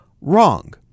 wrong